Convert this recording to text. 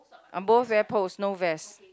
both wear bows no vest